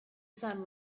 sun